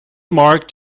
marked